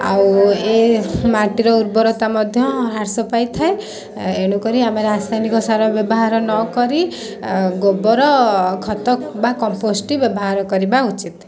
ଆଉ ଏ ମାଟିର ଉର୍ବରତା ମଧ୍ୟ ହ୍ରାସ ପାଇଥାଏ ଏଣୁକରି ଆମେ ରାସାୟନିକ ସାର ବ୍ୟବହାର ନକରି ଗୋବର ଖତ ବା କମ୍ପୋଷ୍ଟ ବ୍ୟବହାର କରିବା ଉଚିତ